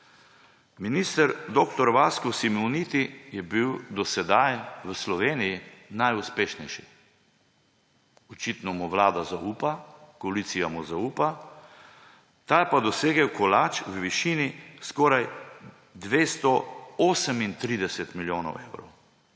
Minister dr. Vasko Simoniti je bil do sedaj v Sloveniji najuspešnejši. Očitno mu vlada zaupa, koalicija mu zaupa. Ta je pa dosegel kolač v višini skoraj 238 milijonov evrov